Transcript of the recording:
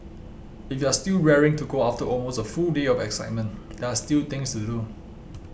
if you are still raring to go after almost a full day of excitement there are still things to do